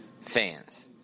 fans